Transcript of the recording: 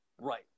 Right